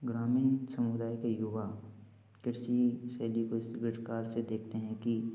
ग्रामीण समुदाय के युवा कृषि शैली को इस प्रकार से देखते हैं कि